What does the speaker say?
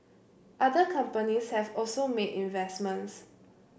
other companies have also made investments